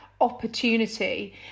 opportunity